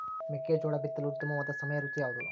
ಮೆಕ್ಕೆಜೋಳ ಬಿತ್ತಲು ಉತ್ತಮವಾದ ಸಮಯ ಋತು ಯಾವುದು?